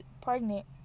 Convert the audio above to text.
pregnant